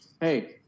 hey